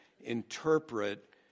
interpret